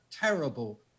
terrible